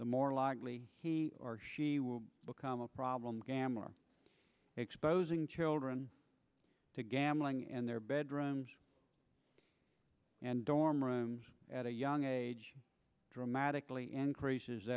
the more likely he or she will become a problem gambler exposing children to gambling in their bedrooms and dorm rooms at a young age dramatically increases